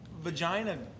vagina